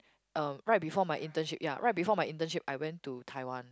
um right before my internship ya right before my internship I went to Taiwan